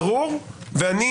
ברור, ואני